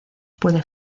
puede